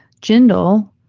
Jindal